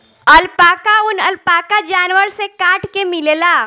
alpaca ऊन, alpaca जानवर से काट के मिलेला